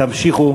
תמשיכו,